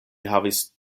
havis